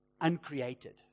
uncreated